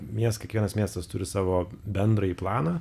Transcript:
mies kiekvienas miestas turi savo bendrąjį planą